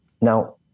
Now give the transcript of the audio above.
Now